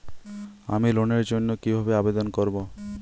আমি লোনের জন্য কিভাবে আবেদন করব?